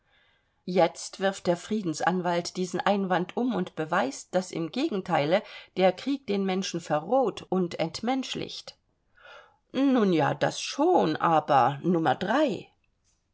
jetzt wirft der friedensanwalt diesen einwand um und beweist daß im gegenteile der krieg den menschen verroht und entmenschlicht nun ja das schon aber nr